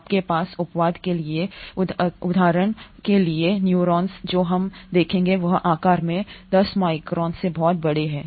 आपके पास अपवाद हैं के लिए उदाहरण के न्यूरॉन्स जो हम देखेंगे वह आकार में 10 माइक्रोन से बहुत बड़े हैं